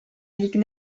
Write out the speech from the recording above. ligue